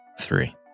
three